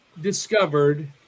discovered